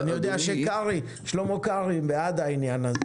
אני יודע ששלמה קרעי בעד העניין הזה.